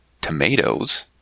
tomatoes